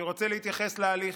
אני רוצה להתייחס להליך,